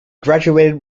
graduated